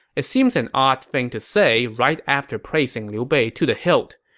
it seems an odd thing to say right after praising liu bei to the hilt.